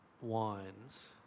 wines